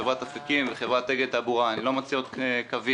חברת "אפיקים" וחברת "אגד תעבורה" לא מוציאות קווים.